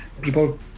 people